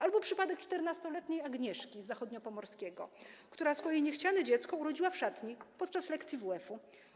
Albo przypadek 14-letniej Agnieszki z zachodniopomorskiego, która swoje niechciane dziecko urodziła w szatni podczas lekcji WF-u.